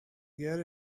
get